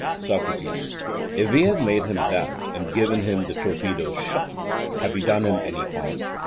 socrates if we have made him doubt, and given him the torpedo's shock have we done him any harm?